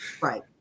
Right